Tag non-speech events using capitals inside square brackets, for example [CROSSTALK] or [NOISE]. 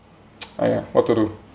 [NOISE] !aiya! what to do